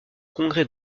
congrès